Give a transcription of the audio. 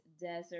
desert